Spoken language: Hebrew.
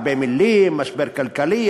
הרבה מילים: משבר כלכלי,